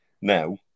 now